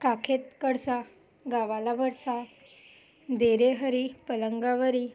काखेत कळसा गावाला वळसा दे रे हरी पलंगावरी